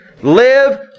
Live